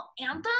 anthem